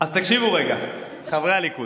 אז תקשיבו רגע, חברי הליכוד,